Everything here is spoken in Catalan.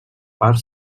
part